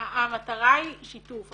המטרה היא שיתוף,